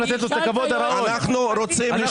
אנחנו צריכים לתת לייעוץ המשפטי את הכבוד הראוי.